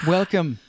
Welcome